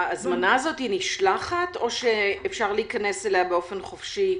ההזמנה הזאת נשלחת או שאפשר להיכנס אליה באופן חופשי?